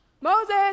Moses